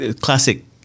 classic